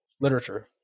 literature